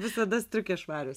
visada striukės švarios